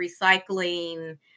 recycling